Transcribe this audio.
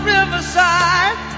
Riverside